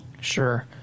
Sure